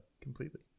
completely